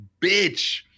bitch